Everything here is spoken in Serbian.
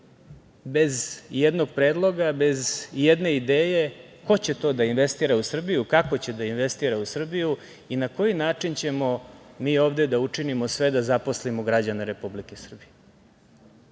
bez ijednog predloga, bez ijedne ideje ko će to da investira u Srbiju, kako će da investira u Srbiju i na koji način ćemo mi ovde da učino ovde sve da zaposlimo građane Republike Srbije. To